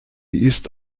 ist